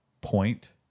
point